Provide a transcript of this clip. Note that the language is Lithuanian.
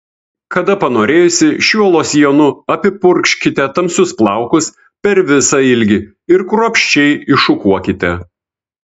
kada panorėjusi šiuo losjonu apipurkškite tamsius plaukus per visą ilgį ir kruopščiai iššukuokite